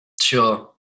Sure